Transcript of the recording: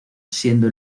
siendo